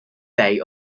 bay